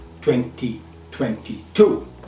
2022